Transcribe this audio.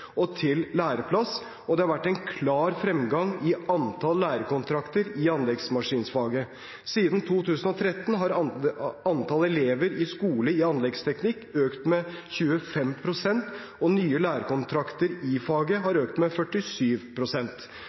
antall lærekontrakter i anleggsmaskinfaget. Siden 2013 har antall elever i skole i anleggsteknikk økt med 25 pst., og nye lærekontrakter i faget har økt med